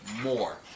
more